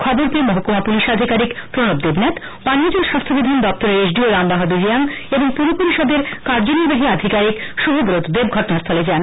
খবর পেয়ে মহকুমা পুলিশ আধিকারিক প্রণব দেবনাথ পানীয় জল স্বাস্থ্য বিধান দপ্তরের এসডিও রাম বাহাদুর রিয়াং এবং পুর পরিষদের কার্য্য নির্বাহী আধিকারিক শুভব্রত দেব ঘটনাস্থলে যান